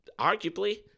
arguably